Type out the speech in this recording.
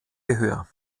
gehör